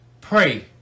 pray